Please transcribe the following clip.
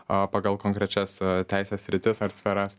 pagal konkrečias teisės sritis ar sferas